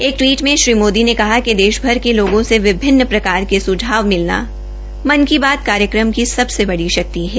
एक टवीट मे श्री मोदी ने कहा कि देशभर के लोगों से विभिन्न प्रकार के सुझाव मिलना मन की बात कार्यक्रम की सबसे बड़ी शक्ति है